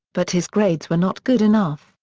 but his grades were not good enough,